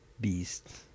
beast